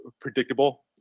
predictable